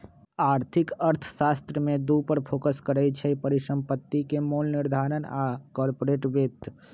आर्थिक अर्थशास्त्र में दू पर फोकस करइ छै, परिसंपत्ति के मोल निर्धारण आऽ कारपोरेट वित्त